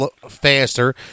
faster